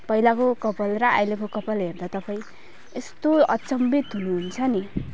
पहिलाको कपाल र अहिलेको कपाल हेर्दा त खोइ यस्तो अचम्भित हुनु हुन्छ नि